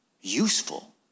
useful